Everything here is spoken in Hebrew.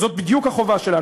זאת בדיוק החובה שלנו.